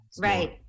Right